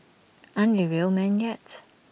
aren't they real men yet